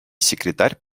секретарь